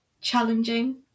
challenging